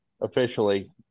officially